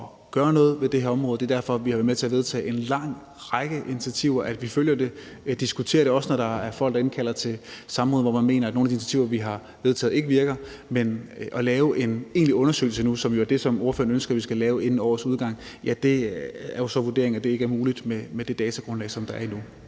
at gøre noget ved det her område. Det er derfor, vi har været med til at vedtage en lang række initiativer, og at vi følger det, og jeg diskuterer det også, når der er folk, der indkalder til samråd, hvor man mener, at nogle af de initiativer, vi har vedtaget, ikke virker. Men at lave en egentlig undersøgelse, som jo er det, som ordføreren ønsker vi skal lave, inden årets udgang har man jo så vurderet ikke er muligt med det datagrundlag, som der er nu.